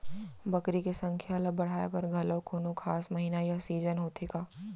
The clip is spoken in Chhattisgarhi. बकरी के संख्या ला बढ़ाए बर घलव कोनो खास महीना या सीजन होथे का?